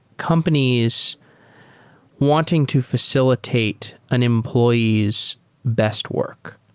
companies wanting to facilitate an employee's best work,